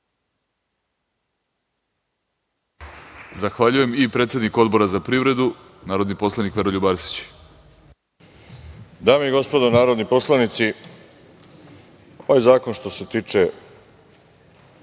Zahvaljujem. Predsednik Odbora za privredu, narodni poslanik Veroljub Arsić